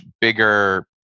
bigger